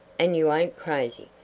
and you ain't crazy,